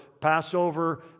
Passover